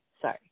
Sorry